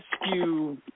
rescue